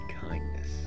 kindness